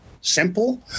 simple